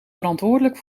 verantwoordelijk